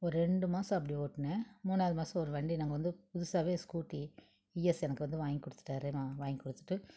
ஒரு ரெண்டு மாதம் அப்படி ஒட்டினேன் மூணாவது மாதம் ஒரு வண்டி நாங்கள் வந்து புதுசாகவே ஸ்கூட்டி ஈஎஸ் எனக்கு வந்து வாங்கி கொடுத்துட்டாரு வாங்கி கொடுத்துட்டு